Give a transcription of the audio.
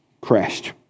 crashed